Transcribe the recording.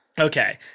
Okay